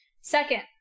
Second